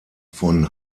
von